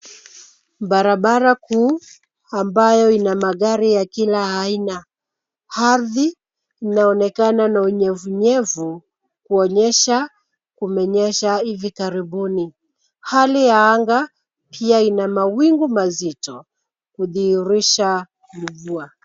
Barabara kuu ambayo ina magari ya kila aina. Ardhi inaonekana na unyevunyevu kuonesha kumenyesha hivi karibuni. Hali ya anga pia ina mawingu mazito kudhihirisha mvua.